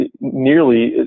nearly